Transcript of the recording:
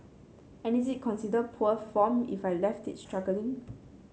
and is it considered poor form if I left it struggling